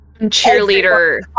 cheerleader